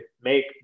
make